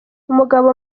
umugabo